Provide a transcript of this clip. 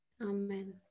Amen